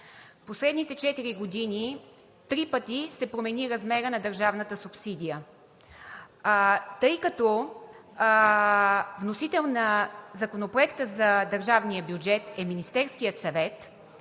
Последните четири години три пъти се промени размерът на държавната субсидия. Тъй като вносител на Законопроекта за държавния бюджет е Министерският съвет,